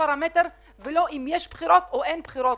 פרמטר ולא אם יש בחירות או אין בחירות.